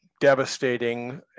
devastating